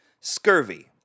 Scurvy